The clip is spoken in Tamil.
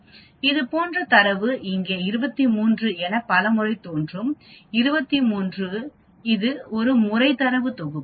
இது போன்ற தரவு இங்கே 23 என பல முறை தோன்றும் 23 இது ஒரு முறைதரவு தொகுப்பு